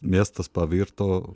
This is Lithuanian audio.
miestas pavirto